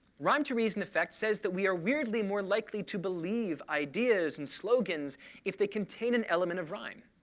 rhyme to reason effect says that we are weirdly more likely to believe ideas and slogans if they contain an element of rhyme,